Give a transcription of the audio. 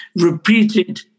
repeated